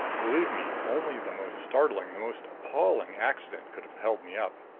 believe me, only the most startling, the most appalling accident could have held me up.